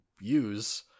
use